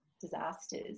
disasters